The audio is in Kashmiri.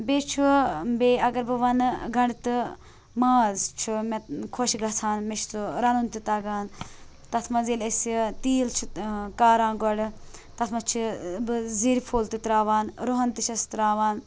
بیٚیہِ چھُ بیٚیہِ اَگر بہٕ وَنہٕ گَنڑٕ تہٕ ماز چھُ مےٚ خۄش گَژھان مےٚ چھُ سُہ رَنُن تہِ تَگان تَتھ مَنٛز ییٚلہِ أسۍ تیٖل چھِ کاران گۄڈٕ تَتھ مَنٛز چھِ زِر فوٚل تہِ تراوان رۄہَن تہِ چھِس تراوان